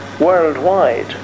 worldwide